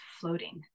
floating